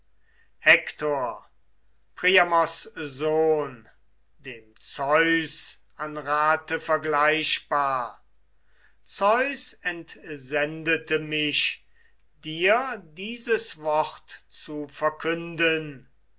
hektor priamos sohn dem zeus an rate vergleichbar zeus entsendete mich dir dieses wort zu verkünden